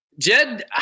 Jed